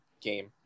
Game